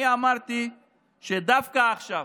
אני אמרתי שדווקא עכשיו,